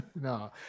No